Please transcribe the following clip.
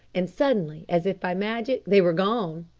and, suddenly, as if by magic, they were gone!